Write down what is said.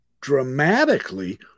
dramatically